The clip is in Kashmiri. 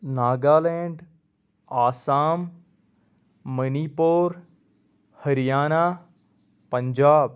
Naga land Assam Manipur Haryana Punjab